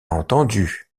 entendue